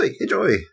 Enjoy